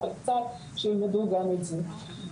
אבל קצת שילמדו גם את זה.